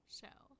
show